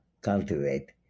cultivate